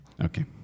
Okay